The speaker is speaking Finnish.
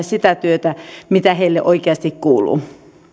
sitä työtä mikä heille oikeasti kuuluu